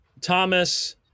Thomas